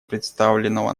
представленного